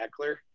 Eckler